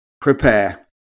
Prepare